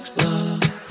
love